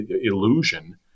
illusion